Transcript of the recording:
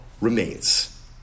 remains